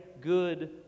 good